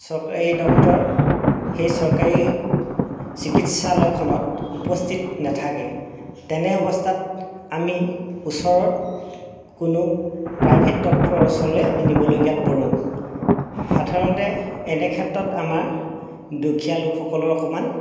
চৰকাৰী ডক্টৰ সেই চৰকাৰী চিকিৎসালয়খনত উপস্থিত নেথাকে তেনে অৱস্থাত আমি ওচৰৰ কোনো প্ৰাইভেট ডক্টৰৰ ওচৰলৈ আমি নিবলগীয়াত পৰোঁ সাধাৰণতে এনে ক্ষেত্ৰত আমাৰ দুখীয়া লোকসকলৰ অকণমান